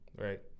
right